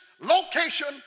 location